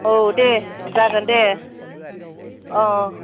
औ दे जागोन दे अह